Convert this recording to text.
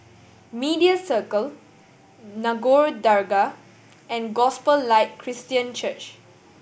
Media Circle Nagore Dargah and Gospel Light Christian Church